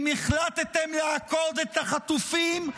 אם החלטתם לעקוד את החטופים,